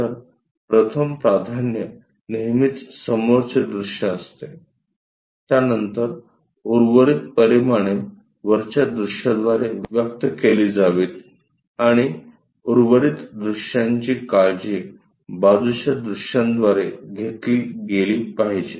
तर प्रथम प्राधान्य नेहमीच समोरचे दृश्य असते त्यानंतर उर्वरित परिमाणे वरच्या दृश्याद्वारे व्यक्त केली जावीत आणि उर्वरित दृश्यांची काळजी बाजूच्या दृश्यांद्वारे घेतली गेली पाहिजेत